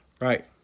Right